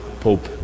Pope